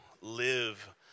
live